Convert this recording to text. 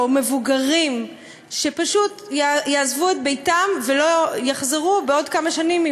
או מבוגרים שפשוט יעזבו את ביתם ויחזרו בעוד כמה שנים,